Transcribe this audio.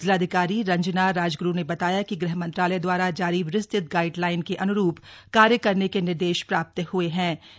जिलाधिकारी रंजना राजग्रू ने बताया कि गृह मंत्रालय द्वारा जारी विस्तृत गाइडलाइन के अन्रूप कार्य करने के निर्देश प्राप्त हए हए